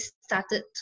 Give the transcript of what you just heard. started